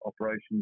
operations